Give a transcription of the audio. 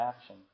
action